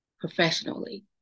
professionally